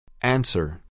Answer